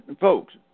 folks